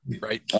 right